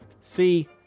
See